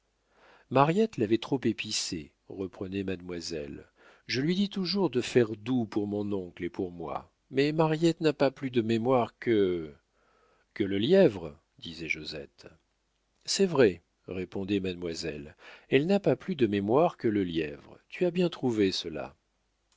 mariette l'avait trop épicé reprenait mademoiselle je lui dis toujours de faire doux pour mon oncle et pour moi mais mariette n'a pas plus de mémoire que que le lièvre disait josette c'est vrai répondait mademoiselle elle n'a pas plus de mémoire que le lièvre tu as bien trouvé cela